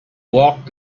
walk